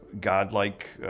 godlike